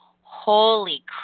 holy